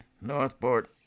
Northport